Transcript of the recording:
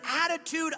attitude